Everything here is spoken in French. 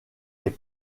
est